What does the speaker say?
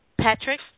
Patrick